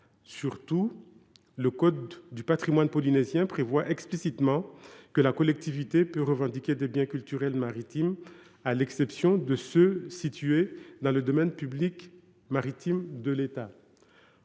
plus est, le code du patrimoine polynésien prévoit explicitement que la collectivité peut revendiquer des biens culturels maritimes, à l’exception de ceux qui sont situés dans le domaine public maritime de l’État.